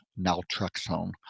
naltrexone